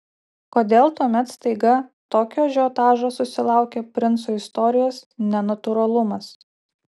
kodėl tuomet staiga tokio ažiotažo susilaukė princų istorijos nenatūralumas